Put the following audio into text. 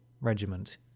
regiment